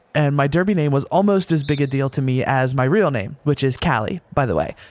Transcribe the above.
and my derby name was almost as big a deal to me as my real name, which is callie, by the way.